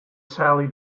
sally